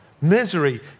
Misery